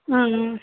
ம்ம்